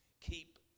Keep